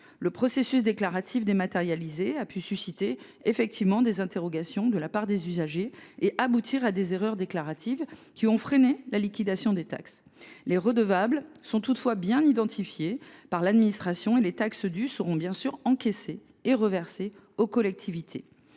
du processus déclaratif dématérialisé a en effet pu susciter des interrogations de la part des usagers et aboutir à des erreurs déclaratives qui ont freiné la liquidation des taxes. Les redevables sont toutefois bien identifiés par l’administration et les taxes dues seront, bien sûr, encaissées et reversées aux collectivités.